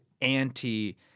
anti